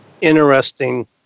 interesting